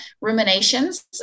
ruminations